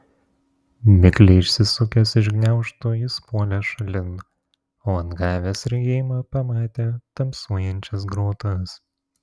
mikliai išsisukęs iš gniaužtų jis puolė šalin o atgavęs regėjimą pamatė tamsuojančias grotas